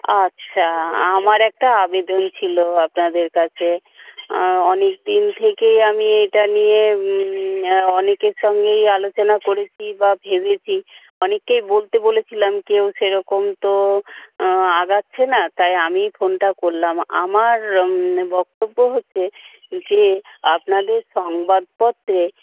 আচ্ছা আমার একটা আবেদন ছিল আপনাদের কাছে অনেকদিন থেকেই আমি এটা নিয়ে অনেকের সঙ্গেই আলোচনা করেছি বা ভেবেছি অনেককেই বলতে বলেছিলাম কেউ সেরকমতো এগোচ্ছেনা তাই আমি ফোনটা করলাম আমার বক্তব্য হচ্ছে যে আপনাদের সংবাদপত্রে